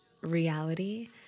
reality